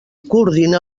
coordina